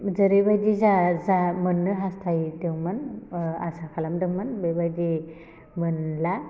जेरैबायदि जा जा मोन्नो हास्थायदोंमोन आसा खालामदोंमोन बेबायदि मोनला